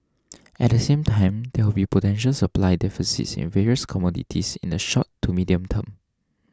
at the same time there will be potential supply deficits in various commodities in the short to medium term